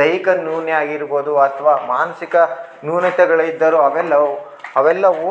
ದೈಹಿಕ ನ್ಯೂನ್ಯ ಆಗಿರ್ಬೋದು ಅಥ್ವ ಮಾನಸಿಕ ನ್ಯೂನತೆಗಳಿದ್ದರು ಅವೆಲ್ಲವು ಅವೆಲ್ಲವೂ